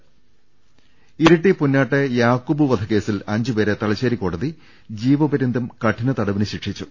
ദർശ്രമാ ഇരിട്ടി പുന്നാട്ടെ യാക്കൂബ് വധക്കേസിൽ അഞ്ചുപേരെ തലശേരി കോടതി ജീവപര്യന്തം കഠിനതടവിന് ശിക്ഷിച്ചു